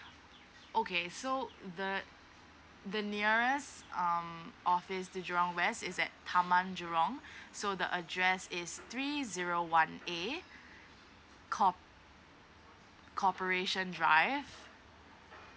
okay so the the nearest um office to jurong west is at taman jurong so the address is three zero one A corp~ corporation drive